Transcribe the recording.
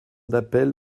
d’appel